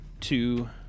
two